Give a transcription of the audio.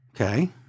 Okay